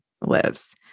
lives